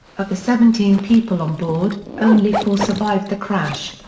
of the seventeen people on board, only four survived the crash.